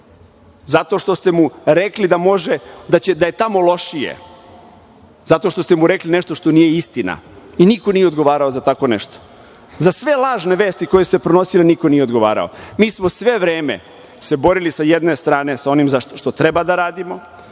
zato što ste mu rekli da je tamo lošije, zato što ste mu rekli nešto što nije istina. Niko nije odgovarao za tako nešto. Za sve lažne vesti koje su se prenosile niko nije odgovarao. Mi smo se sve vreme borili sa jedne strane sa onim što treba da radimo,